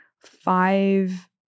five